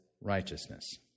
righteousness